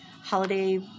holiday